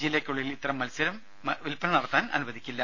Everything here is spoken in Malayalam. ജില്ലയ്ക്കുള്ളിൽ ഇത്തരം മത്സ്യം വിൽപന നടത്തുവാൻ അനുവദിക്കില്ല